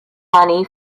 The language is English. money